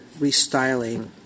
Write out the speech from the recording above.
restyling —